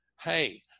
hey